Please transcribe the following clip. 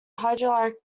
hydraulic